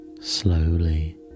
slowly